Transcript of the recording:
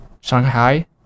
Shanghai